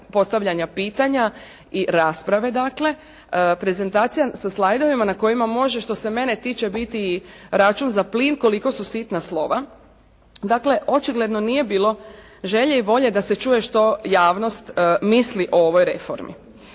postavljanja pitanja i rasprave dakle, prezentacija sa slajdovima na kojima može, što se mene tiče biti račun za plin koliko su sitna slova. Dakle, očigledno nije bilo želje i volje da se čuje što javnost misli o ovoj reformi.